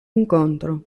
incontro